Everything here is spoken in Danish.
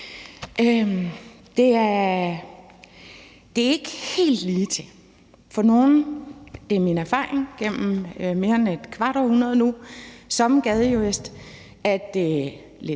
Det er ikke helt ligetil, for det er min erfaring gennem mere end et kvart århundrede nu som gadejurist, at det